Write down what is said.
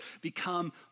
become